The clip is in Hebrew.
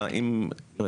לא, ממונה כן.